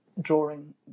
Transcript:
drawing